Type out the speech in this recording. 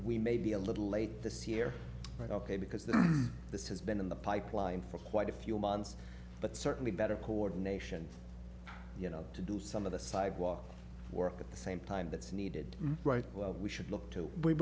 we may be a little late this year but ok because that this has been in the pipeline for quite a few months but certainly better coordination you know to do some of the sidewalk work at the same time that's needed right well we should look to we